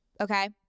okay